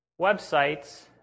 websites